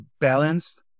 balanced